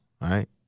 right